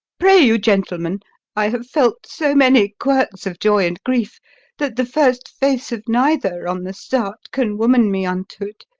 pray you, gentlemen i have felt so many quirks of joy and grief that the first face of neither, on the start, can woman me unto t.